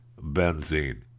benzene